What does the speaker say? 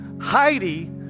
Heidi